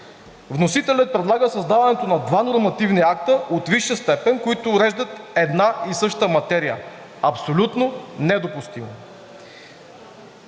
Вносителят предлага създаването на два нормативни акта от висша степен, които уреждат една и съща материя – абсолютно недопустимо!